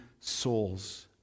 souls